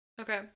okay